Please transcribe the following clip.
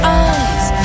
eyes